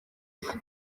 isi